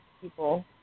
people